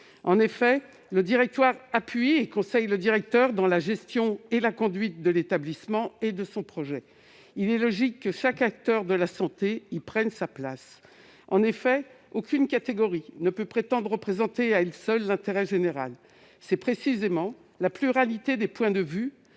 En effet, le directoire appuie et conseille le directeur dans la gestion et la conduite de l'établissement et de son projet. Il est logique que chaque acteur de la santé y prenne sa place, car aucune catégorie ne peut prétendre représenter à elle seule l'intérêt général. C'est précisément la pluralité des points de vue,